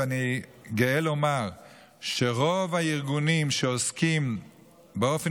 ואני גאה לומר שרוב הארגונים שעוסקים באופן